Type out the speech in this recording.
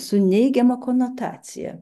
su neigiama konotacija